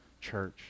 church